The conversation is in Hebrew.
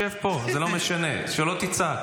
שב פה, זה לא משנה, שלא תצעק.